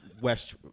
West